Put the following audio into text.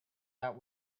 that